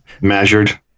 measured